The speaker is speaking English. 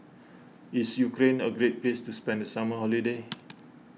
is Ukraine a great place to spend the summer holiday